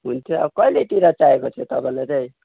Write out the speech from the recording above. हुन्छ अब कहिलेतिर चाहिएको थियो तपाईँलाई चाहिँ